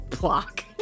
Block